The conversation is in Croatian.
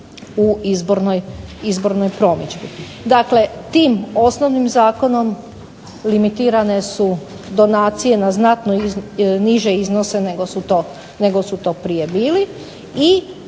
u izbornoj promidžbi. Dakle, tim osnovnim zakonom limitirane su donacije na znatno niže iznose nego su to prije bili i